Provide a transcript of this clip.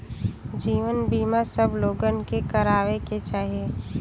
जीवन बीमा सब लोगन के करावे के चाही